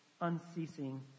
unceasing